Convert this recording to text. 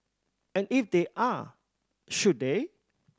and if they are should they